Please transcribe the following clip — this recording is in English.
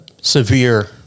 severe